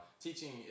teaching